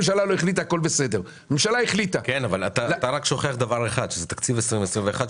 לממשלה בנושא הזה של הקצאת הכספים הקואליציוניים.